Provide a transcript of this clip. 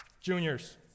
Juniors